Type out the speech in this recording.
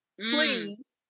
Please